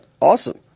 awesome